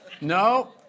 no